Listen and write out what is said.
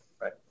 right